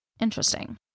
interesting